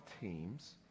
teams